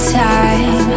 time